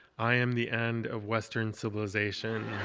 i am the end of western civilization